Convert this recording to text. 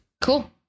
Cool